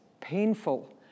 painful